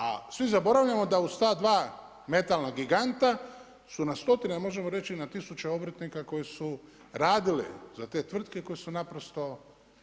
A zaboravljamo da uz ta dva metalna giganta su na stotine možemo reći i na tisuće obrtnika koji su radili za te tvrtke koji su naprosto